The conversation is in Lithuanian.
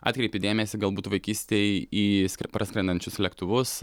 atkreipi dėmesį galbūt vaikystėj į praskrendančius lėktuvus